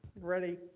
Ready